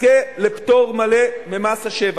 יזכה לפטור מלא ממס השבח,